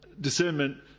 discernment